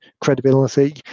credibility